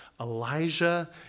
Elijah